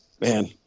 man